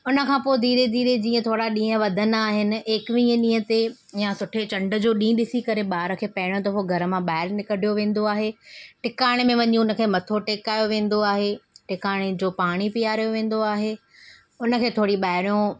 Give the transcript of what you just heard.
उनखां पोइ धीरे धीरे जीअं थोरा ॾींहुं वधंदा आहिनि एक्वीह ॾींहं ते या सुठे चंड जो ॾींहुं ॾिसी करे बार खे पहिरियों दफ़ो घर मां ॿाहिरि कढियो वेंदो आहे टिकाणे में वञी उनखे मथो टिकायो वेंदो आहे टिकाणे जो पाणी पीआरियो वेंदो आहे उनखे थोरी ॿाहिरियों